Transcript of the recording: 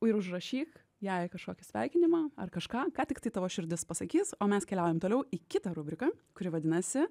ir užrašyk jai kažkokį sveikinimą ar kažką ką tiktai tavo širdis pasakys o mes keliaujam toliau į kitą rubriką kuri vadinasi